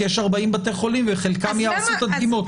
כי יש 40 בתי חולים וחלקם יהרסו את הדגימות.